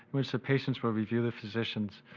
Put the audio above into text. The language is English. which the patients will review the physicians,